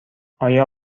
آیا